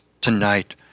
tonight